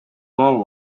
world